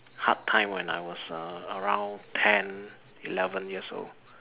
hard time when I was uh around ten eleven years old